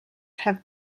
have